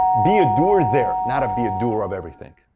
be a doer there. not be a doer of everything.